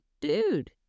dude